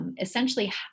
Essentially